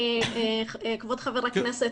כבוד ח"כ,